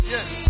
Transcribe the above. Yes